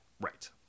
Right